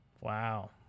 Wow